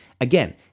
Again